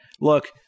look